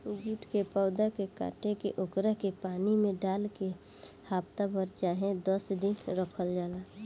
jute के पौधा के काट के ओकरा के पानी में डाल के हफ्ता भर चाहे दस दिन रखल जाला